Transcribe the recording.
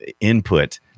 input